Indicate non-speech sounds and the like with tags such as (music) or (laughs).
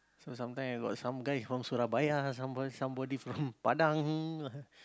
so sometime I got some guy from Surabaya some somebody from Padang (laughs)